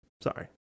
Sorry